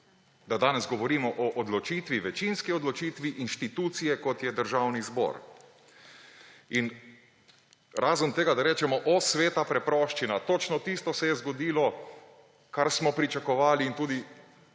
da danes govorimo o večinski odločitvi inštitucije, kot je Državni zbor. In razen tega, da rečemo, o, sveta preproščina, točno tisto se je zgodilo, kar smo pričakovali in tudi